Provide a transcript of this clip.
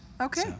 Okay